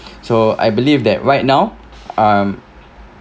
so I believe that right now um